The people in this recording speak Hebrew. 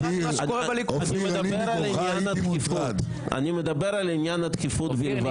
אני מדבר על עניין הדחיפות בלבד.